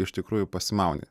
iš tikrųjų pasimauni